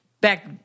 back